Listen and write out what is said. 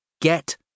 Get